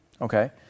okay